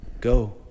Go